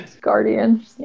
Guardian